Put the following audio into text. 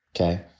Okay